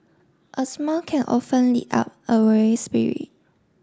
a smile can often lift up a weary spirit